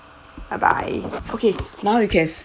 bye bye okay now you can